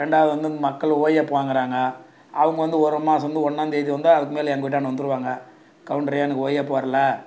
ரெண்டாவது வந்து மக்கள் ஓஏபி வாங்குறாங்க அவங்க வந்து ஒரு மாதம் வந்து ஒன்னாம்தேதி வந்தால் அதுக்கு மேலே எங்கள் வீட்டாண்ட வந்துடுவாங்க கவுண்டரே எனக்கு ஓஏபி வரலை